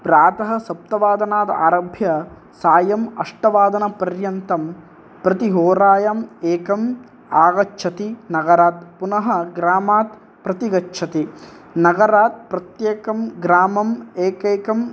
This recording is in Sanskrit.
प्रातः सप्तवादनाद् आरभ्य सायम् अष्टवादनपर्यन्तं प्रतिहोरायाम् एकम् आगच्छति नगरात् पुनः ग्रामात् प्रतिगच्छति नगरात् प्रत्येकं ग्रामम् एकैकं